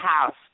house